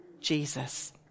Jesus